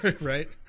Right